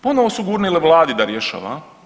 Ponovo su gurnuli Vladi da rješava.